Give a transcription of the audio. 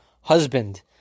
husband